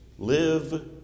Live